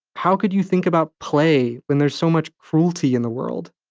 how could you think about play when there's so much cruelty in the world?